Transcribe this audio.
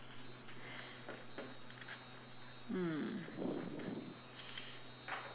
mm